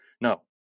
No